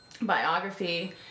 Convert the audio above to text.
biography